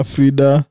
Frida